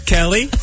Kelly